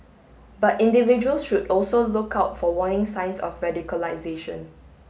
but individuals should also look out for warning signs of radicalization